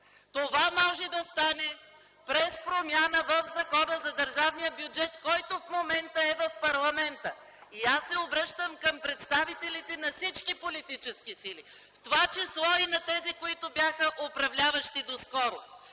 Това може да стане чрез промяна в Закона за държавния бюджет, който в момента е в парламента. Обръщам се към представителите на всички политически сили, в това число и към тези, които бяха управляващи доскоро